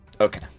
Okay